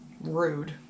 rude